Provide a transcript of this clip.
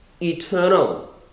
eternal